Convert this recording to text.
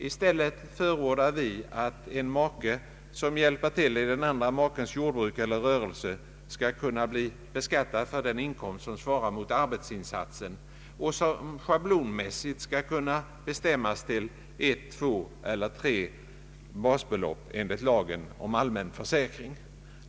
I stället förordar vi att en make som vill hjälpa till i den andre makens jordbruk eller rörelse skall kunna bli beskattad för den inkomst som svarar mot arbetsinsatsen och som schablonmässigt skall kunna bestämmas till ett, två eller tre basbelopp enligt lagen om allmän försäkring.